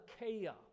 Achaia